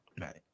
right